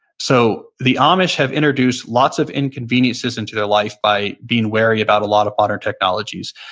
so the amish have introduced lots of inconveniences into their life by being wary about a lot of modern technologies,